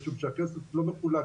משום שהכסף לא מחולק,